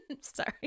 sorry